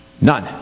None